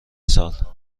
سال